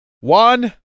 One